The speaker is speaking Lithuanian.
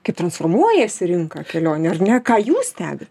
kaip transformuojasi rinką kelionių ar ne ką jūs stebit